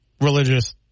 religious